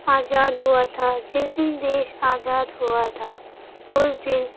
آزاد ہوا تھا جس دن دیش آزاد ہوا تھا اس دن